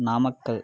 Namakkal